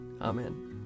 Amen